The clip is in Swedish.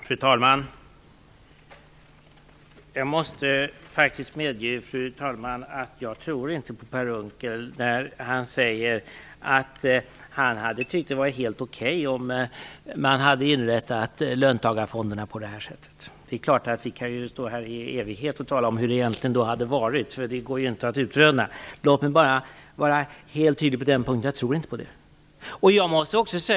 Fru talman! Jag måste faktiskt medge att jag inte tror på Per Unckel när han säger att han hade tyckt att det var helt okej om man hade inrättat löntagarfonderna på det här sättet. Vi kan stå här i evighet och tala om hur det egentligen då hade varit, för det går inte att utröna. Låt mig vara helt tydlig på den punkten: Jag tror inte på det.